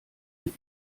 mit